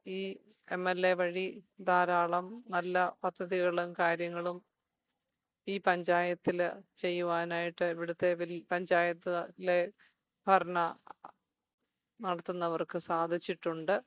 ഈ M L A വഴി ധാരാളം നല്ല പദ്ധതികളും കാര്യങ്ങളും ഈ പഞ്ചായത്തില് ചെയ്യുവാനായിട്ട് ഇവിടത്തെ പഞ്ചായത്തിലെ ഭരണം നടത്തുന്നവർക്ക് സാധിച്ചിട്ടുണ്ട്